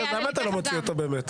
למה אתה לא מוציא אותו באמת?